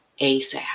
ASAP